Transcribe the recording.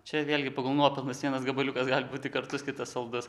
čia vėlgi pagal nuopelnus vienas gabaliukas gali būti kartus kitas saldus